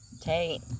Tate